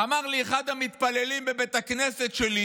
אמר לי אחד המתפללים בבית הכנסת שלי